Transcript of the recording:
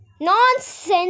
nonsense